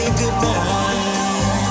goodbye